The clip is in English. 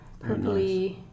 purpley